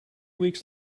weeks